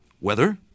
weather